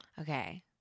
Okay